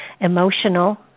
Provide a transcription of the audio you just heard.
emotional